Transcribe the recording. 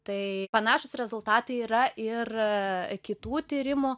tai panašūs rezultatai yra ir kitų tyrimų